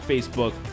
Facebook